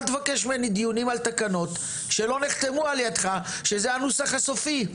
אל תבקש ממני דיונים על תקנות שלא נחתמו על ידך והן לא הנוסח הסופי.